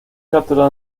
capturado